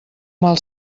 mal